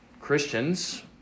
Christians